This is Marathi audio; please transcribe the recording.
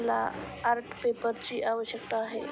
मला आर्ट पेपरची आवश्यकता आहे